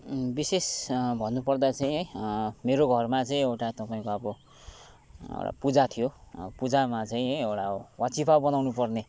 विशेष भन्नुपर्दा चाहिँ है मेरो घरमा चाहिँ एउटा तपाईँको अब एउटा पूजा थियो पूजामा चाहिँ है एउटा वाचिपा बनाउनु पर्ने